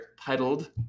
titled